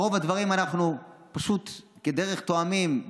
ברוב הדברים אנחנו פשוט כדרך תואמים,